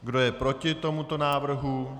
Kdo je proti tomuto návrhu?